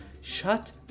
Shut